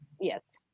Yes